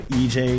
ej